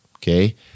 Okay